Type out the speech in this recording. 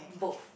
boht